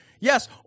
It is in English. Yes